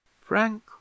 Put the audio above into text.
Frank